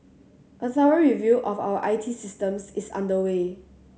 a thorough review of our I T systems is underway